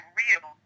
real